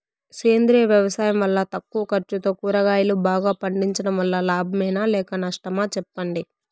సేంద్రియ వ్యవసాయం వల్ల తక్కువ ఖర్చుతో కూరగాయలు బాగా పండించడం వల్ల లాభమేనా లేక నష్టమా సెప్పండి